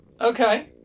Okay